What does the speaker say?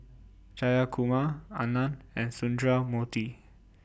Jayakumar Anand and Sundramoorthy